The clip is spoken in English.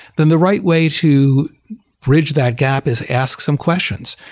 then the right way to bridge that gap is ask some questions.